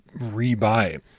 rebuy